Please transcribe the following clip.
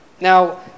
Now